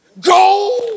go